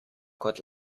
kot